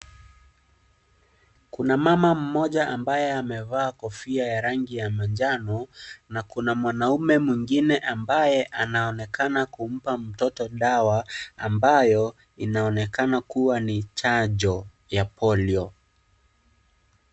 Kuna mama mmoja ambaye amevaa kofia ya rangi ya manjano na kuna mwanaume mwingine ambaye anaonekana kumpa mtoto dawa ambayo inaonekana kuwa ni chanjo ya polio .